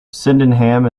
sydenham